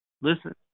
Listen